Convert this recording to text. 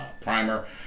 primer